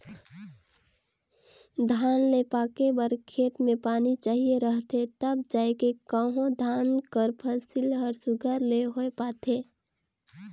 धान ल पाके बर खेत में पानी चाहिए रहथे तब जाएके कहों धान कर फसिल हर सुग्घर ले होए पाथे